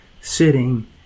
sitting